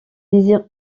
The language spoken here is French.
désire